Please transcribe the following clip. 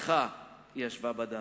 "איכה ישבה בדד".